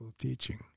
teaching